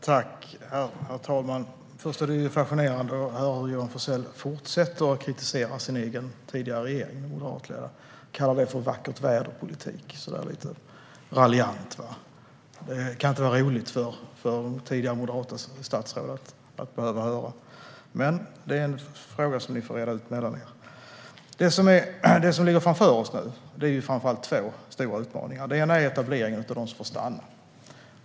Herr talman! Det är fascinerande att höra hur Johan Forssell fortsätter att kritisera sin egen tidigare moderatledda regering. Han kallar det lite raljant för vackert-väder-politik. Det kan inte vara roligt för tidigare moderata statsråd att behöva höra, men det är en fråga som ni får reda ut mellan er. Det som ligger framför oss nu är framför allt två stora utmaningar. Den ena är etableringen av dem som får stanna.